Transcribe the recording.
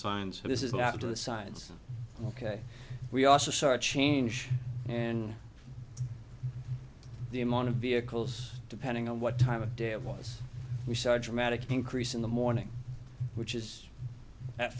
signs this is not to the sides ok we also saw a change and the amount of vehicles depending on what time of day of was we saw a dramatic increase in the morning which is at